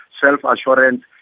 self-assurance